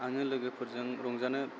आङो लोगोफोरजों रंजानो